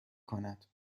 کند